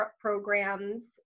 programs